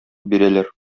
бирәләр